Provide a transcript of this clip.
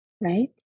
right